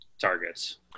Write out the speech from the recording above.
targets